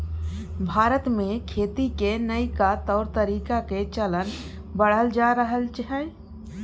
भारत में खेती के नइका तौर तरीका के चलन बढ़ल जा रहल छइ